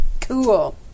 Cool